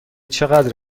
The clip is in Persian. چقدر